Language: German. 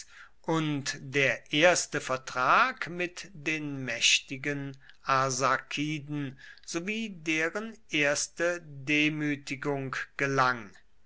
und der erste vertrag mit den mächtigen arsakiden sowie deren erste demütigung gelang